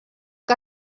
que